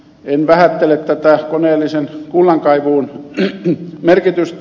en vähättele tätä koneellisen kullankaivun merkitystä